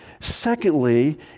secondly